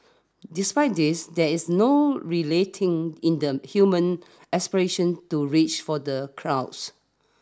despite this there is no relating in the human aspiration to reach for the crowds